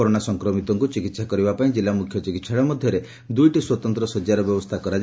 corona ସଂକ୍ରମିତଙ୍କୁ ଚିକିହା କରିବା ପାଇଁ ଜିଲ୍ଲା ମୁଖ୍ୟ ଚିକିହାଳୟ ମଧ୍ଧରେ ଦୁଇଟି ସ୍ୱତନ୍ତ ଶଯ୍ୟାର ବ୍ୟବସ୍କୁ